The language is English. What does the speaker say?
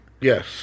Yes